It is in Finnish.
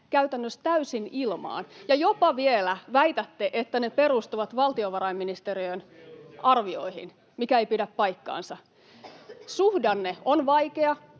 käytännössä täysin ilmaan, ja jopa vielä väitätte, että ne perustuvat valtiovarainministeriön arvioihin, mikä ei pidä paikkaansa. Suhdanne on vaikea,